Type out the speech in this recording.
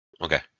Okay